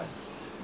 we different